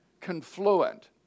confluent